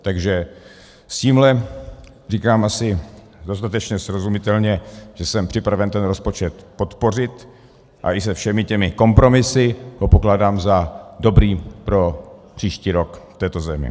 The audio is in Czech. Takže s tímhle říkám asi dostatečně srozumitelně, že jsem připraven ten rozpočet podpořit a i se všemi těmi kompromisy ho pokládám za dobrý pro příští rok v této zemi.